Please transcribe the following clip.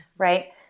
Right